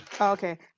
Okay